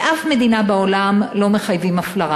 בשום מדינה בעולם לא מחייבים הפלרה.